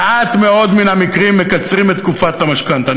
במעט מאוד מן המקרים מקצרים את תקופת המשכנתה.